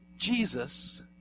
Jesus